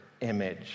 image